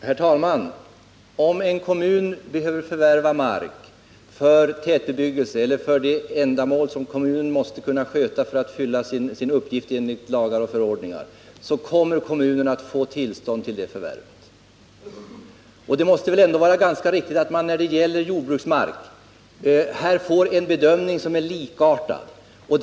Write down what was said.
Herr talman! Om en kommun behöver förvärva mark för tätbebyggelse eller för verksamhet som kommunen måste kunna sköta för att fylla sin uppgift enligt lagar och förordningar, så kommer kommunen att få tillstånd till det förvärvet. Det måste väl ändå vara riktigt att man får en likartad bedömning i fråga om jordbruksmark.